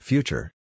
Future